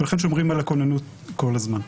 ולכן שומרים על הכוננות כל הזמן.